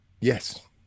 yes